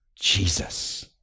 Jesus